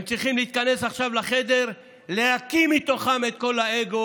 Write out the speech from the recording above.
הם צריכים להיכנס עכשיו לחדר ולהקיא מתוכם את כל האגו